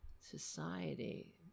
society